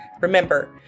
Remember